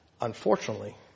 Unfortunately